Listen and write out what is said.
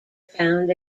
found